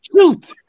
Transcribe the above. Shoot